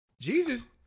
Jesus